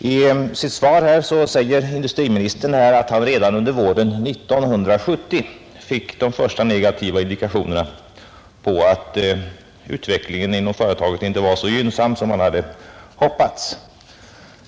I sitt svar säger industriministern att han redan under våren 1970 fick de första negativa indikationerna på att utvecklingen inom företaget inte var så gynnsam som man hade hoppats.